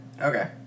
Okay